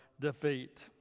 defeat